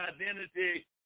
identity